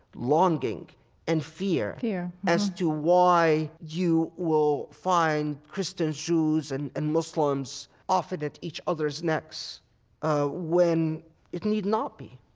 longing and fear as to why you will find christians, jews and and muslims often at each other's necks ah when it need not be